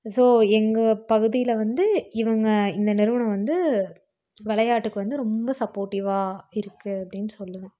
so எங்கள் பகுதியில் வந்து இவங்க இந்த நிறுவனம் வந்து விளையாட்டுக்கு வந்து ரொம்ப சப்போட்டிவாக இருக்கு அப்படின்னு சொல்லுவேன்